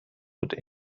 بوده